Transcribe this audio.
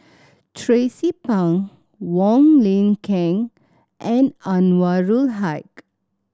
Tracie Pang Wong Lin Ken and Anwarul Haque